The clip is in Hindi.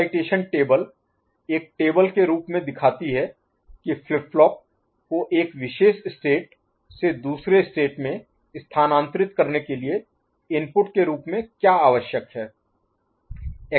एक्साइटेशन टेबल एक टेबल के रूप में दिखाती है कि फ्लिप फ्लॉप को एक विशेष स्टेट से दूसरे स्टेट में स्थानांतरित करने के लिए इनपुट के रूप में क्या आवश्यक है